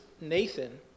Nathan